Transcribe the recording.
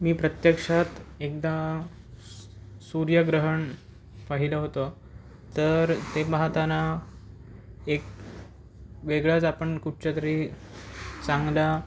मी प्रत्यक्षात एकदा सूर्यग्रहण पाहिलं होतं तर ते पाहताना एक वेगळाच आपण कुठल्या तरी चांगला